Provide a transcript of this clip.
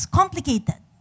complicated